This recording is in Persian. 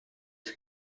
است